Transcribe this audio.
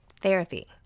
Therapy